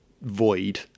void